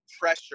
pressure